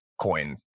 coin